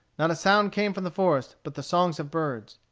not a sound came from the forest but the songs of birds.